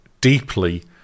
deeply